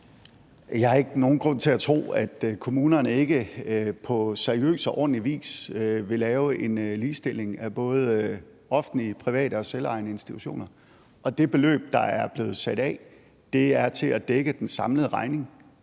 Jeg har ikke nogen grund til at tro, at kommunerne ikke på seriøs og ordentlig vis vil lave en ligestilling af både offentlige, private og selvejende institutioner, og det beløb, der er blevet sat af, er til at dække den samlede regning